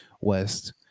West